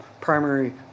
primary